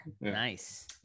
nice